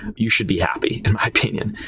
you should be happy in my opinion.